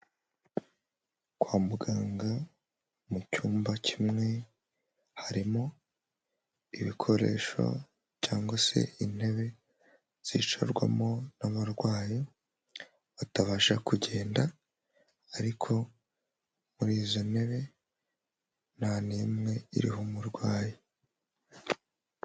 Kwa muganga mu cyumba kimwe, harimo ibikoresho cyangwa se intebe zicarwamo n'abarwayi batabasha kugenda, ariko muri izo ntebe nta n'imwe iriho umurwayi.